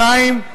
שנית,